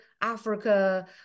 Africa